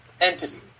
entity